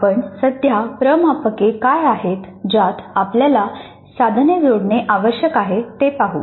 आपण सध्या प्रमापाके काय आहेत ज्यात आपल्याला साधने जोडणे आवश्यक आहे ते पाहू